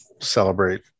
celebrate